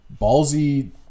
ballsy